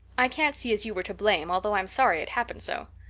i can't see as you were to blame although i'm sorry it happened so.